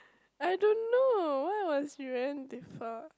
I don't know why I want experience this far